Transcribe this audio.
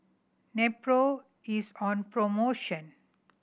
Nepro is on promotion